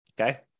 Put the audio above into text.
Okay